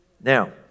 Now